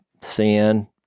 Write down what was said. sin